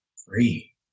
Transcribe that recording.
Free